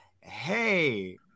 hey